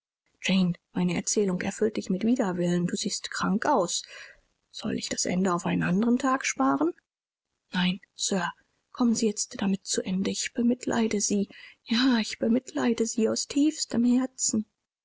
meine erzählung erfüllt dich mit widerwillen du siehst krank aus soll ich das ende auf einen anderen tag sparen nein sir kommen sie jetzt damit zu ende ich bemitleide sie ja ich bemitleide sie aus tiefstem herzen